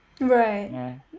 Right